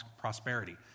prosperity